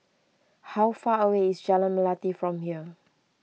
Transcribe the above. how far away is Jalan Melati from here